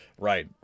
Right